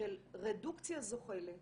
של רדוקציה זוחלת